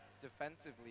defensively